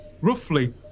roughly